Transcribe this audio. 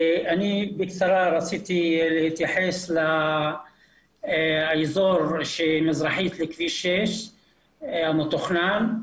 אני רוצה להתייחס לאזור שמזרחית לכביש 6 המתוכנן,